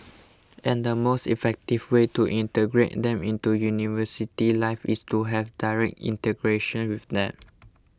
and the most effective way to integrate them into university life is to have direct integration with them